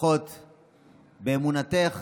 לפחות באמונתך,